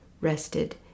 rested